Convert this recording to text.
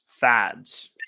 fads